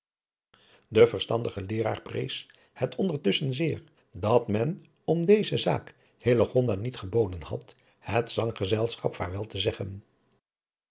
de verstandige leeraar prees het ondertusschen zeer dat men om deze zaak hillegonda niet geboden had het zanggezelschap vaarwel te zeggen